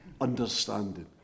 understanding